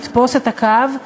לתפוס את הקו,